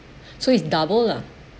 so it's double lah